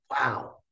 wow